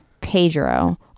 pedro